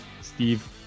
Steve